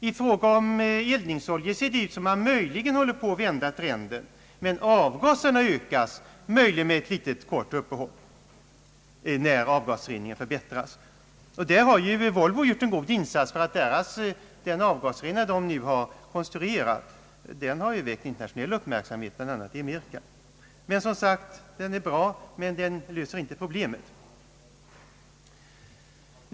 I fråga om eldningsoljor ser det ut som om man möjligen skulle hålla på att vända trenden. Men avgaserna ökar, möjligen med ett litet kort uppehåll när avgasreningen förbättras. Här har Volvo gjort en god insats. Den avgasrenare man konstruerat har väckt internationell uppmärksamhet, bl.a. i Amerika. Den är bra men löser inte problemet.